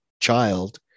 child